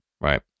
Right